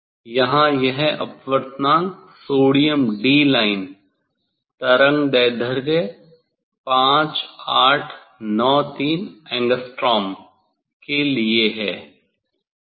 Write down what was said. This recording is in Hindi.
यहां यह अपवर्तनांक सोडियम डी लाइन तरंगदैर्ध्य 5893 Å के लिए है